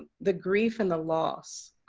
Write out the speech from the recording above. the grief and the loss.